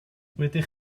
rydych